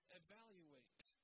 evaluate